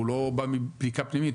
הוא לא בא מבדיקה פנימית,